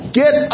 get